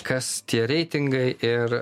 kas tie reitingai ir